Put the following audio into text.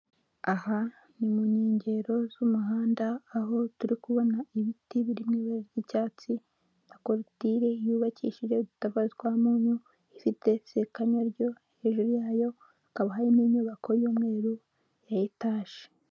Aha ni mu nkengero z'umuhanda aho turi kubona ibiti biri mu ibara ry'icyatsi, na korutire yubakishije udutafari twa mpunyu, ifite sekanyo ryo hejuru yayo hakaba n'inyubako y'umweru ya etaje.